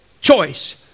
choice